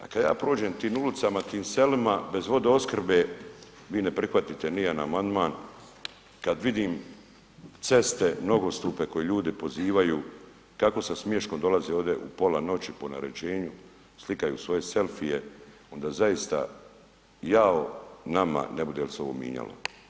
A kad ja prođem tim ulicama, tim selima bez vodoopskrbe, vi ne prihvatite nijedan amandman, kad vidim ceste, nogostupe koje ljudi pozivaju kako sa smiješkom dolaze ovdje u pola noći po naređenju sliku svoje selfije, onda zaista jao nama ne bude li se ovo mijenjalo.